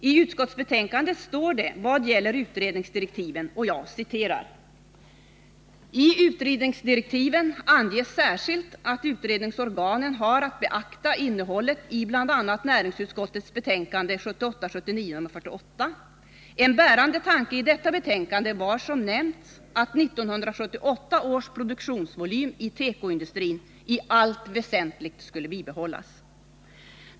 I utskottsbetänkandet står det: ”Tutredningsdirektiven anges särskilt att utredningsorganen har att beakta innehållet i bl.a. näringsutskottets betänkande år 1979 om tekoindustrin. En bärande tanke i detta betänkande var som nämnts att 1978 års produktionsvolym i tekoindustrin i allt väsentligt skulle bibehållas.